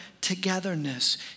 togetherness